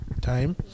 time